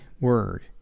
word